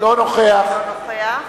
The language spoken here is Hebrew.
- אינו נוכח